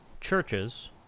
churches